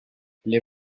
les